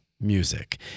music